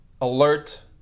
alert